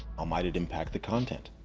might it impact the content?